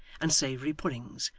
and savoury puddings,